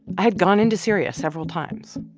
i had gone into syria several times.